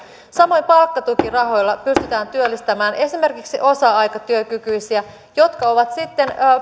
samoin palkkatukirahoilla pystytään työllistämään esimerkiksi osatyökykyisiä jotka ovat sitten